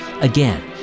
Again